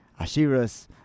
Ashiras